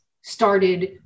started